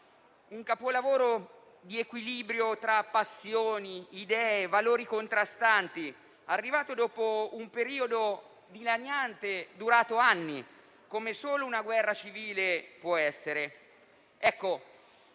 un capolavoro di equilibrio tra passioni, idee e valori contrastanti, arrivata dopo un periodo dilaniante durato anni, come solo una guerra civile può produrre.